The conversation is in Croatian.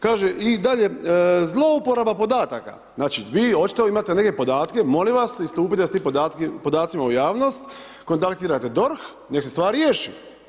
Kaže, i dalje, zlouporaba podataka, znači, vi očito imate neke podatke, molim vas, istupite s tim podacima u javnost, kontaktirajte DORH, nek se stvar riješi.